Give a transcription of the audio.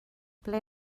ble